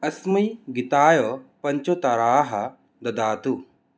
अस्मै गीताय पञ्चताराः ददातु